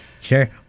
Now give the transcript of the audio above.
Sure